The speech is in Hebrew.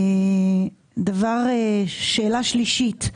שאלה נוספת.